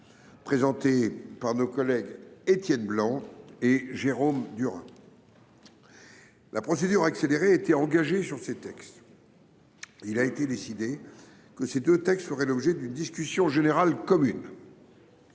présentées par MM. Étienne Blanc et Jérôme Durain. La procédure accélérée a été engagée sur ces textes. Il a été décidé que ces deux textes feraient l’objet d’une discussion générale commune.